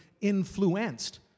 influenced